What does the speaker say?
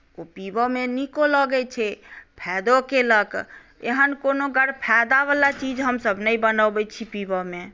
पीबयमे नीको लगैत छै फायदो केलक एहन कोनो गरफायदावला चीज हमसभ नहि बनबैत छी पीबयमे